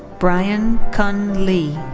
brian kun lee.